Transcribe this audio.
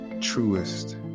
truest